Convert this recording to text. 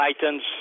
Titans